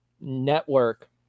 Network